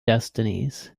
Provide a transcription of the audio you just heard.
destinies